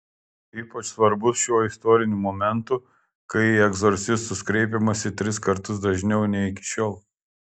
ypač svarbus šiuo istoriniu momentu kai į egzorcistus kreipiamasi tris kartus dažniau nei iki šiol